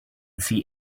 see